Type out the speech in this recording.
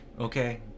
okay